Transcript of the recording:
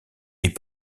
est